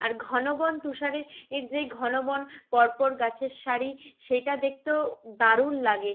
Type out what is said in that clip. আর ঘন বন তুষারে এর যেই ঘন বন পর পর গাছের সারি সেইটা দেখতেও দারুণ লাগে